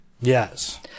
Yes